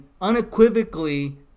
unequivocally